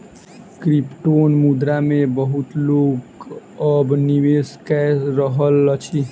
क्रिप्टोमुद्रा मे बहुत लोक अब निवेश कय रहल अछि